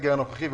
שבסגר הנוכחי,